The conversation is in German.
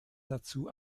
dazu